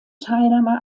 teilnahme